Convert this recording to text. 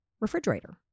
refrigerator